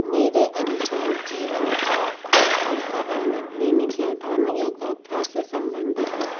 मेरे अनुसार जीवन का हर पल का आनंद लेने के अवधारणा योगाभ्यास से संबन्धित है